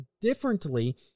differently